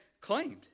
claimed